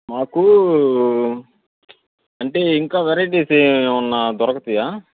మాకు అంటే ఇంకా వెరైటీస్ ఏమైనా దొరుకుతాయా